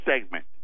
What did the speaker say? segment